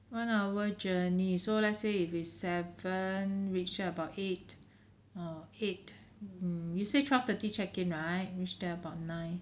one hour journey so let's say if it's seven reach there about eight uh eight mm you say twelve thirty check in right reach there about nine